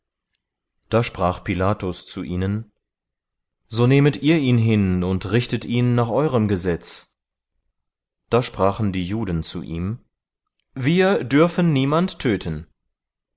da sprach pilatus zu ihnen so nehmet ihr ihn hin und richtet ihn nach eurem gesetz da sprachen die juden zu ihm wir dürfen niemand töten